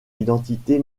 identité